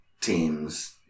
teams